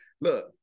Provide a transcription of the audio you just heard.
Look